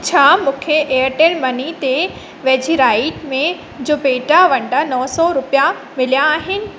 छा मूंखे Airtel money ते वेझिराईअ में ज़ुबैदा वटां नौ सौ रुपिया मिलिया आहिनि